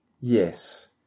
Yes